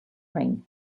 ring